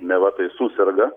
neva tai suserga